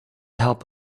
help